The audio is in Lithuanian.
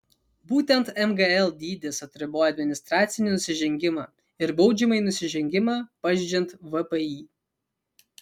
būtent mgl dydis atriboja administracinį nusižengimą ir baudžiamąjį nusižengimą pažeidžiant vpį